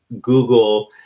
Google